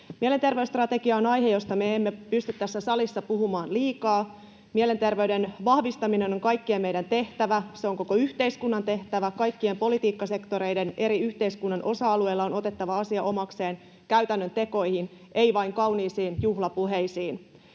Mielenter-veysstrategia on aihe, josta me emme pysty tässä salissa puhumaan liikaa. Mielenterveyden vahvistaminen on kaikkien meidän tehtävä. Se on koko yhteiskunnan tehtävä, kaikkien politiikkasektoreiden. Yhteiskunnan eri osa-alueiden on otettava asia omakseen käytännön tekoina, ei vain kauniina juhlapuheina.